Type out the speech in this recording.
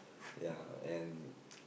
ya and